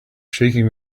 shaking